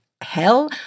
hell